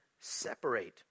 separate